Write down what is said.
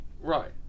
Right